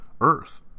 Earth